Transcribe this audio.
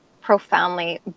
profoundly